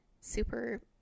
super